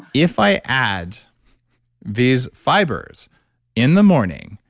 if i add these fibers in the morning,